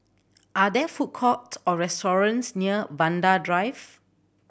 are there food courts or restaurants near Vanda Drive